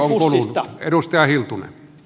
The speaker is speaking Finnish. arvoisa puhemies